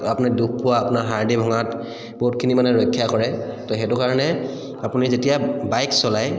আপুনি দুখ পোৱা আপোনাৰ হাৰ্দি ভঙাত বহুতখিনি মানে ৰক্ষা কৰে তো সেইটো কাৰণে আপুনি যেতিয়া বাইক চলায়